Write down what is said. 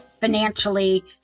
financially